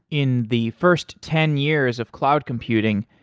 in the first ten years of cloud computing,